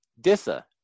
DISA